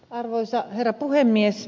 arvoisa herra puhemies